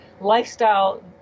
lifestyle